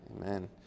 Amen